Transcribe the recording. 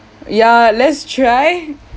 ya let's try